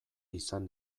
izan